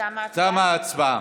תמה ההצבעה.